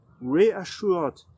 reassured